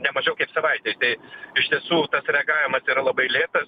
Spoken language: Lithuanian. nemažiau kaip savaitei tai iš tiesų tas reagavimas yra labai lėtas